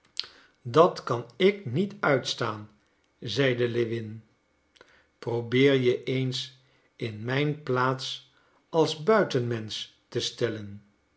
dat kan ik niet uitstaan zeide lewin probeer je eens in mijn plaats als buitenmensch te stellen